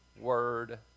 Word